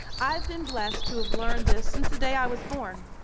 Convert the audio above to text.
i've been blessed to have learned this since the day i was born.